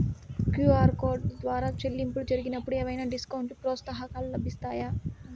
QR code ద్వారా చెల్లింపులు జరిగినప్పుడు ఏవైనా డిస్కౌంట్ లు, ప్రోత్సాహకాలు లభిస్తాయా?